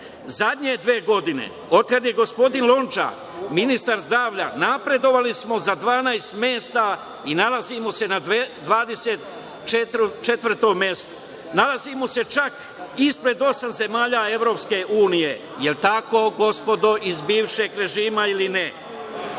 Zadnje dve godine, od kada je gospodin Lončar, ministar zdravlja, napredovali smo za 12 mesta i nalazimo se na 24. mestu. Nalazimo se čak ispred osam zemalja EU, da li je tako gospodo iz bivšeg režima ili ne?